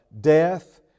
death